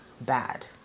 bad